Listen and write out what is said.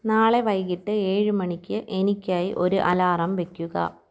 നാളെ വൈകിട്ട് ഏഴുമണിക്ക് എനിക്കായി ഒരു അലാറം വെക്കുക